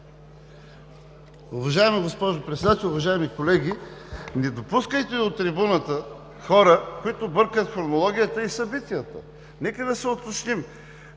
Уважаема госпожо Председател, уважаеми колеги! Не допускайте от трибуната хора, които бъркат хронологията и събитията. Нека да се уточним.